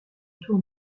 tour